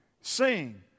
Sing